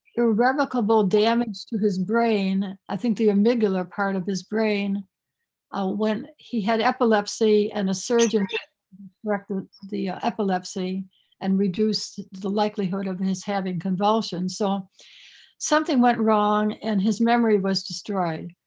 irrevocable damage to his brain. i think the amygdala part of his brain ah when he had epilepsy and a surgeon corrected the epilepsy and reduced the likelihood of his having convulsion. so something went wrong and his memory was destroyed.